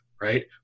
right